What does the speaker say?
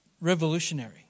revolutionary